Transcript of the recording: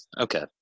Okay